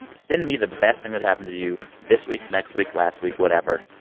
send me the best thing that happened to you this week, next week, last week, whatever.